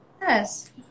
Yes